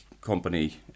company